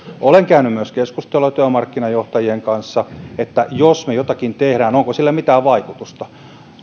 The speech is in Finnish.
olen myös käynyt keskustelua työmarkkinajohtajien kanssa että jos me jotakin teemme onko sillä mitään vaikutusta